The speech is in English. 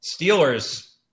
Steelers